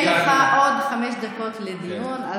יהיו לך עוד חמש דקות לדיון,